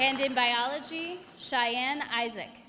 and in biology cheyanne isaac